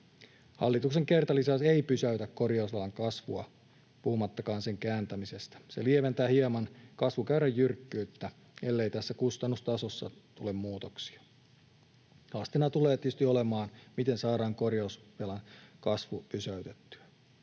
Hallituksen kertalisäys ei pysäytä korjausvelan kasvua puhumattakaan sen kääntämisestä. Se lieventää hieman kasvukäyrän jyrkkyyttä, ellei tässä kustannustasossa tule muutoksia. Haasteena tulee tietysti olemaan, miten saadaan korjausvelan kasvu pysäytettyä.